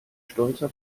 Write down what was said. stolzer